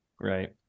right